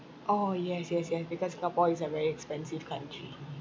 orh yes yes yes because singapore is a very expensive country